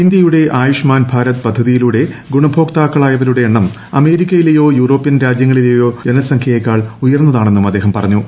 ഇന്ത്യയുടെ ആയുഷ്മാൻ ഭാരത് പദ്ധതിയിലൂടെ ഗുണഭോക്താക്കളായവരുടെ എണ്ണം അമേരിക്കയിലേയോ യൂറോപ്യൻ ജനസംഖ്യയേക്കാൾ ഉയർന്നതാണെന്നും അദ്ദേഹം പറഞ്ഞു